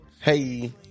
Hey